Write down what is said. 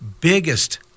biggest